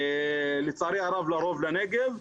לצערי הרב לרוב לנגב,